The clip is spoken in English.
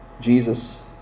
Jesus